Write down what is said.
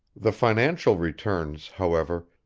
the financial returns, however,